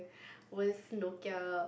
was Nokia